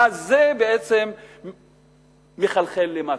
ואז זה בעצם מחלחל למטה.